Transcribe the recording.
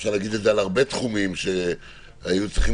אפשר להגיד את זה על הרבה תחומים שהיו צריכים